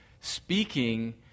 speaking